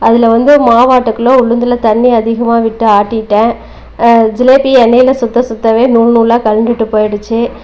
அதில் வந்து மாவாட்டக்குள்ள உளுந்தில் தண்ணி அதிகமாக விட்டு ஆட்டிட்டேன் ஜிலேபி எண்ணெயில் சுத்த சுத்தவே நூல் நூலாக கழண்டுட்டு போய்டுச்சு